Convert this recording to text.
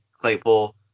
Claypool